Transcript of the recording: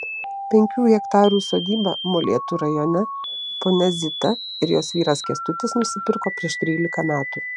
penkių hektarų sodybą molėtų rajone ponia zita ir jos vyras kęstutis nusipirko prieš trylika metų